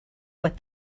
what